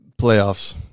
playoffs